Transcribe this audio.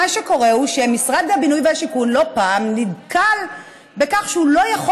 מה שקורה הוא שמשרד הבינוי והשיכון לא פעם נתקל בכך שהוא לא יכול